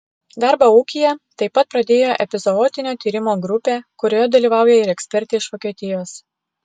darbą ūkyje taip pat pradėjo epizootinio tyrimo grupė kurioje dalyvauja ir ekspertė iš vokietijos